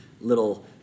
little